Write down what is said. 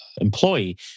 employee